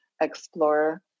explore